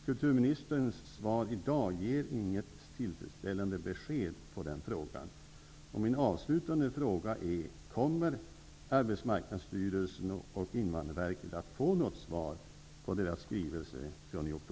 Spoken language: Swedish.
Kulturministerns svar i dag ger inget tillfredsställande besked på den punkten. Min avslutande fråga är: Kommer Arbetsmarknadsstyrelsen och Invandrarverket att få något svar på sin skrivelse från oktober?